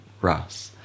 Russ